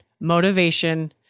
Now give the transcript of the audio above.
Motivation